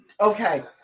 Okay